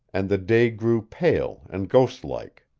and the day grew pale and ghostlike.